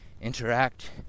interact